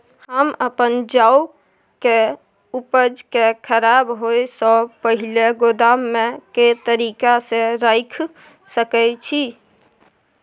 हम अपन जौ के उपज के खराब होय सो पहिले गोदाम में के तरीका से रैख सके छी?